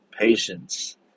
patience